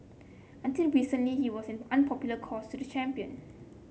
until recently he was an unpopular cause to the champion